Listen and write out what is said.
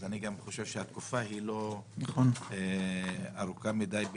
אני חושב שהתקופה לא ארוכה מדי.